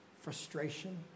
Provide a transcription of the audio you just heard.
frustration